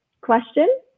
question